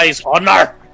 honor